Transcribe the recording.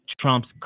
Trump's